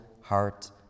heart